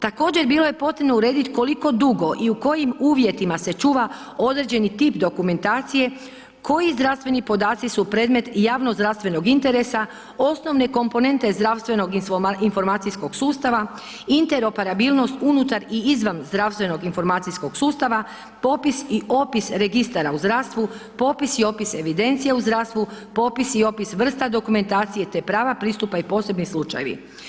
Također, bilo je potrebno uredit koliko dugo i u kojim uvjetima se čuva određeni tip dokumentacije, koji zdravstveni podaci su predmet javnozdravstvenog interesa, osnovne komponente zdravstvenog informacijskog sustava, interoperabilnost unutar i izvan zdravstvenog informacijskog sustava, popis i opis registara u zdravstvu, popis i opis evidencija u zdravstvu, popis i opis vrsta dokumentacije te prava pristupa i posebni slučajevi.